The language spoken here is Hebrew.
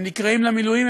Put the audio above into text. והם נקראים למילואים,